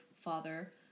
father